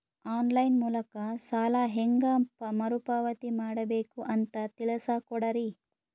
On line ಮೂಲಕ ಸಾಲ ಹೇಂಗ ಮರುಪಾವತಿ ಮಾಡಬೇಕು ಅಂತ ತಿಳಿಸ ಕೊಡರಿ?